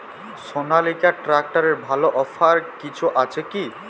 সনালিকা ট্রাক্টরে ভালো অফার কিছু আছে কি?